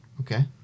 Okay